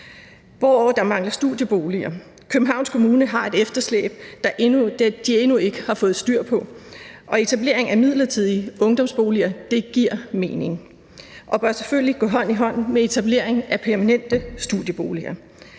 hvor der mangler studieboliger. Københavns Kommune har et efterslæb, de endnu ikke har fået styr på, og etablering af midlertidige ungdomsboliger giver mening og bør selvfølgelig gå hånd i hånd med etablering af permanente studieboliger.